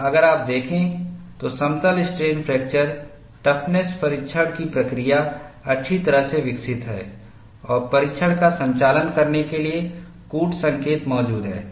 और अगर आप देखें तो समतल स्ट्रेन फ्रैक्चर टफ़्नस परीक्षण की प्रक्रिया अच्छी तरह से विकसित है और परीक्षण का संचालन करने के लिए कूट संकेत मौजूद हैं